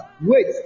Wait